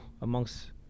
amongst